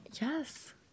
yes